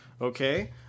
Okay